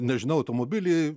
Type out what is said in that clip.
nežinau automobilį